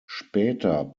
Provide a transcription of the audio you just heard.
später